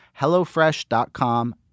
hellofresh.com